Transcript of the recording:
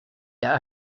l’a